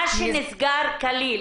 מה שנסגר כליל,